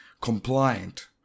compliant